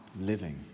living